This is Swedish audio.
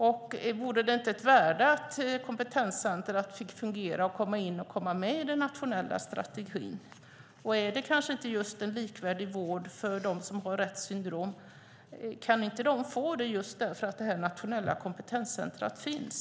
Skulle det inte finnas ett värde i att kompetenscentret fick fungera och komma med i den nationella strategin? Handlar det kanske inte om en likvärdig vård för dem som har Retts syndrom och att de kan få det just därför att det nationella kompetenscentret finns?